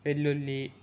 వెల్లుల్లి